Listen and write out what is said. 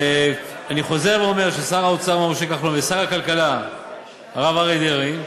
אני חוזר ואומר ששר האוצר משה כחלון ושר הכלכלה הרב אריה דרעי,